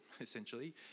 essentially